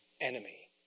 enemy